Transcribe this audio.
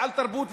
ועל תרבות,